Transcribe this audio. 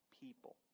people